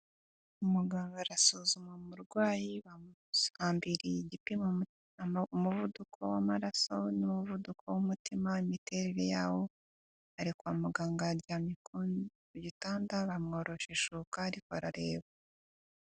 Umuganga arasuzuma umurwayi bamuhambiriye igipima umuvuduko w'amaraso n'umuvuduko w'umutima, imiterere yawo, ari kwa muganga aryamye ku gitanda ba mworoshe ishuka ariko arareba.